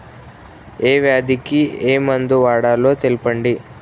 ఏ వ్యాధి కి ఏ మందు వాడాలో తెల్పండి?